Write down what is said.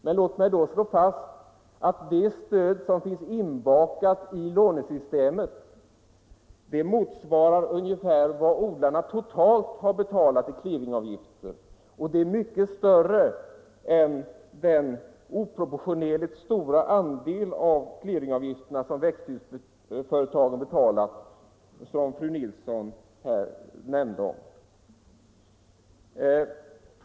Men låt mig då slå fast att det stöd som finns inbakat i lånesystemet motsvarar ungefär vad odlarna totalt har betalat i clearingavgifter. Och det stödet är mycket större än den oproportionerligt stora andel av clearingavgifterna som växthusföretagen har betalat, som fru Nilsson i Kristianstad nämnde.